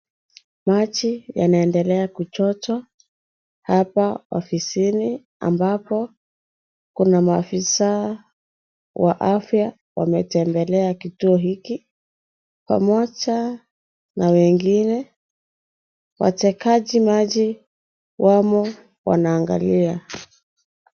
Maji yanaendelea kuchotwa hapo ofisini ambapo Kuna maofisa wa afya wametembelea kituo hiki. Pamoja na wengine, watekaji maji wamo wanaangalia.